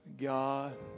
God